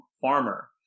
farmer